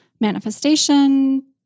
manifestation